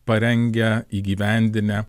parengę įgyvendinę